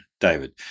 David